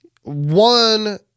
one